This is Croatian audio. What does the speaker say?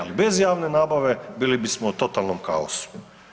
Ali bez javne nabave bili bismo u totalnom kaosu.